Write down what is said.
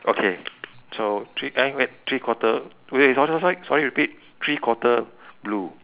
okay so three eh wait three quarter wait wait sorry sorry sorry sorry repeat three quarter blue